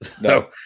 No